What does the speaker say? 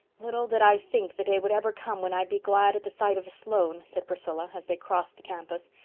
little did i think the day would ever come when i'd be glad of the sight of a sloane, said priscilla, as they crossed the campus,